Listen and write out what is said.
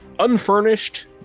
Unfurnished